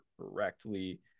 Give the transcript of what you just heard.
correctly